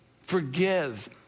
Forgive